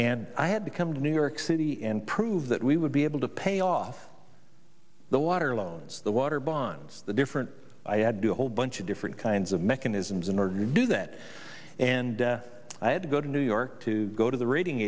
and i had to come to new york city and prove that we would be able to pay off the water loans the water bonds the different i had do a whole bunch of different kinds of mechanisms in order to do that and i had to go to new york to go to the rating